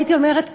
הייתי אומרת,